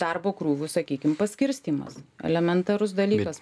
darbo krūvių sakykim paskirstymas elementarus dalykas